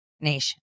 nation